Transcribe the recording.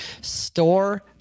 Store